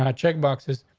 ah check boxes.